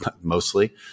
mostly